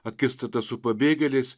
akistata su pabėgėliais